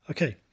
Okay